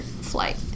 flight